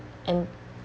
en~